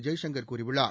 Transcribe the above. ஜெய்சங்கர் கூறியுள்ளார்